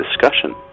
discussion